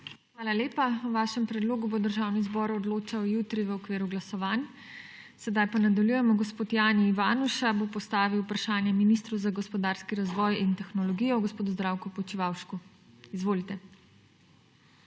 Hvala lepa. O vašem predlogu bo Državni zbor odločal jutri v okviru glasovanj. Sedaj pa nadaljujemo. Gospod Jani Ivanuša bo postavil vprašanje ministru za gospodarski razvoj in tehnologijo gospodu Zdravku Počivalšku. Izvolite.